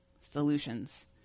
solutions